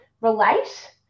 relate